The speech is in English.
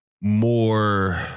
more